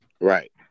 Right